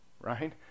right